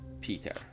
Peter